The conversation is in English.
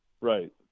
Right